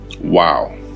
Wow